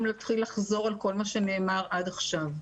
מקום להתחיל לחזור על כל מה שנאמר עד עכשיו.